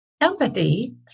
empathy